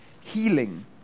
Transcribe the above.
healing